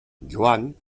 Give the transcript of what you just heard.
joan